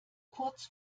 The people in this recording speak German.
kurz